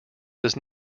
does